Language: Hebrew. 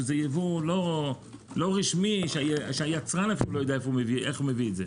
שהוא לא רשמי שהיצרן אפילו לא יודע איך הוא מביא את זה.